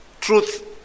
truth